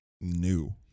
new